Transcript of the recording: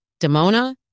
Demona